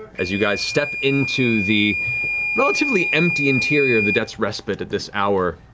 as you guys step into the relatively empty interior of the debt's respite at this hour,